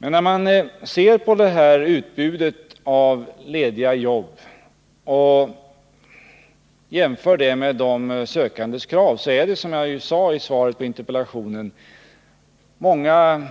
Men när man ser på utbudet av lediga jobb och jämför det med de sökandes krav, finner man att det, som jag sade i svaret på interpellationen, är många